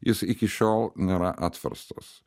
jis iki šiol nėra atverstas